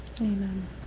Amen